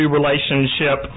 relationship